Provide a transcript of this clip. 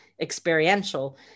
experiential